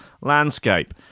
landscape